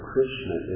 Krishna